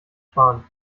sparen